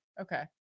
okay